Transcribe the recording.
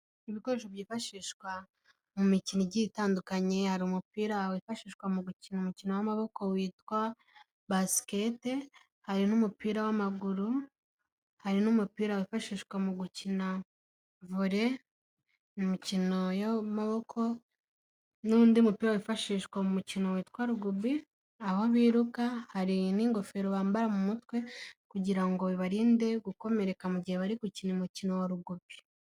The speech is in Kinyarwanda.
Ibikoresho byifashishwa mu mikino igiye itandukanye hari umupira wifashishwa mu gukina umukino w'amaboko witwa basket. Hari n'umupira w'amaguru. Hari n'umupira wifashishwa mu gukina volley mu mikino y'amaboko, n'undi mupira wifashishwa mu mukino witwa rugby aho biruka. Hari n'ingofero bambara mu mutwe kugira ngo bibarinde gukomereka mu gihe barigukina umukino wa rugby.